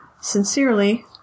Sincerely